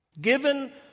Given